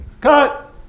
Cut